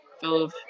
fellow